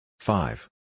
Five